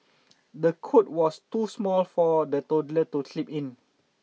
the cot was too small for the toddler to sleep in